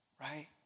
Right